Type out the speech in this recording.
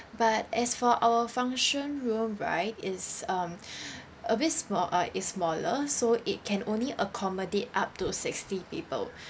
but as for our function room right it's um a bit small uh it's smaller so it can only accommodate up to sixty people